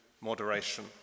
moderation